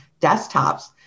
desktops